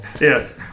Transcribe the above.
yes